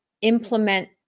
implement